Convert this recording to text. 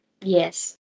Yes